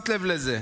שמת לב לזה.